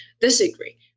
disagree